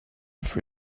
for